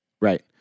Right